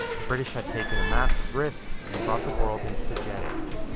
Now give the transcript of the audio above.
the british had taken a massive risk and brought the world into the jet age.